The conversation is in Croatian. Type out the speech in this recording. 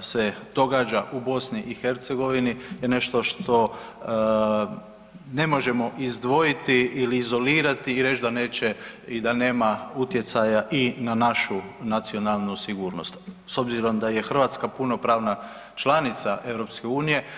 se događa u BiH je nešto što ne možemo izdvojiti ili izolirati i reć da neće i da nema utjecaja i na našu nacionalnu sigurnost s obzirom da je Hrvatska punopravna članica EU.